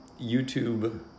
YouTube